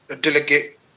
Delegate